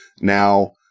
Now